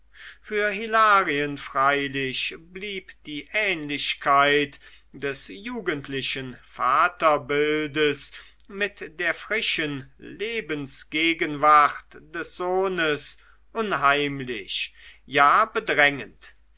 für hilarien freilich blieb die ähnlichkeit des jugendlichen vaterbildes mit der frischen lebensgegenwart des sohnes unheimlich ja